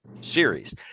Series